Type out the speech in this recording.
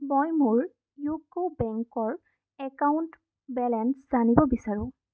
মই মোৰ ইউকো বেংকৰ একাউণ্ট বেলেঞ্চ জানিব বিচাৰোঁ